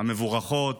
המבורכות